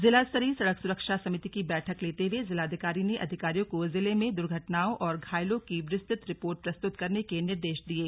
जिलास्तरीय सड़क सुरक्षा समिति की बैठक लेते हुए जिलाधिकारी ने अधिकारियों को जिले में दुर्घटनाओं और घायलों की विस्तृत रिपोर्ट प्रस्तुत करने के निर्देश दिये